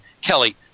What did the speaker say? Kelly